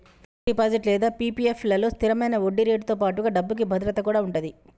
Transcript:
fixed deposit లేదా PPF లలో స్థిరమైన వడ్డీరేటుతో పాటుగా డబ్బుకి భద్రత కూడా ఉంటది